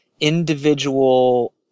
individual